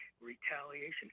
Retaliation